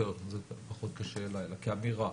זה פחות כשאלה אלא כאמירה.